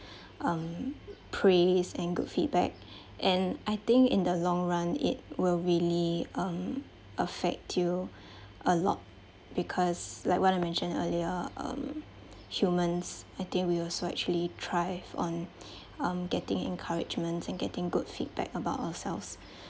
um praise and good feedback and I think in the long run it will really um effect you a lot because like what I mentioned earlier um humans I think we also actually thrive on um getting encouragements and getting good feedback about ourselves